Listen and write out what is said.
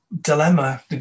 Dilemma